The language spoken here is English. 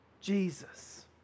Jesus